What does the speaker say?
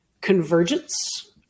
convergence